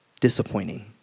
disappointing